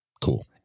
cool